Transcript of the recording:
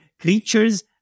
creatures